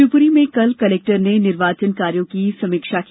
शिवपुरी में कल कलेक्टर ने निर्वाचन कार्यो की समीक्षा की